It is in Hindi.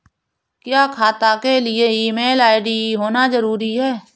क्या खाता के लिए ईमेल आई.डी होना जरूरी है?